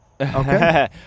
Okay